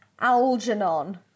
algernon